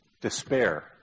Despair